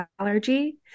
allergy